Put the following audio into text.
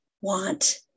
want